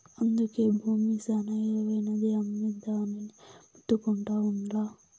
అందుకే బూమి శానా ఇలువైనది, అమ్మొద్దని మొత్తుకుంటా ఉండ్లా